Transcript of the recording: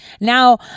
Now